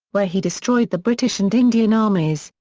where he destroyed the british and indian armies,